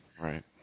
Right